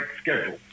schedule